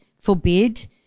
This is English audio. forbid